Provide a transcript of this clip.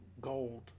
gold